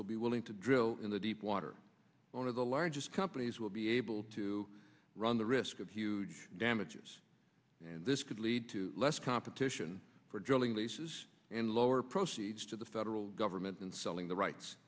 will be willing to drill in the deep water one of the largest companies will be able to run the risk of huge damages and this could lead to less competition for joining leases and lower proceeds to the federal government and selling the rights